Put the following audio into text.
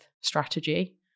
strategy